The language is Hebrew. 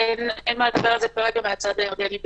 אין מה לדבר על זה כרגע בכלל מן הצד הירדני.